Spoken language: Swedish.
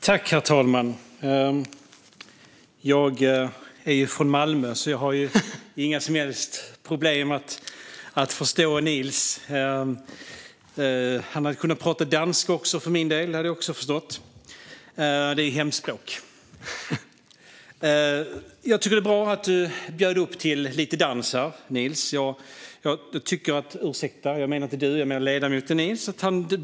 Herr talman! Jag är ju från Malmö, så jag har inga som helst problem med att förstå Niels Paarup-Petersen. Han hade för min del också kunnat tala danska. Det hade jag också förstått. Det är hemspråk. Jag tycker att det är bra att Niels Paarup-Petersen bjöd upp till lite dans här.